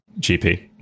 GP